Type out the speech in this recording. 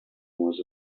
was